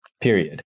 period